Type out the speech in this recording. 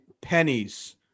pennies